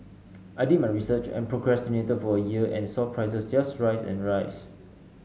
I did my research and procrastinated for a year and saw prices just rise and rise